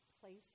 place